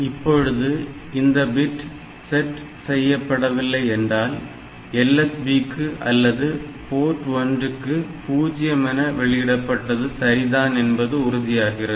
இப்பொழுது இந்த bit set செய்யப்படவில்லை என்றால் LSB க்கு அல்லது போர்ட் 1 க்கு 0 என வெளியிடப்பட்டது சரிதான் என்பது உறுதியாகிறது